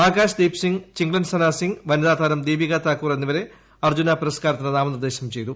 ആകാശ് ദീപ്സിംഗ് ചിംഗ്ലെൻസന സിംഗ് വനിതാ താരം ദീപികാ താക്കൂർ എന്നിവരെ അർജ്ജുന പുരസ്കാരത്തിന് നാമനിർദ്ദേശം ചെയ്തു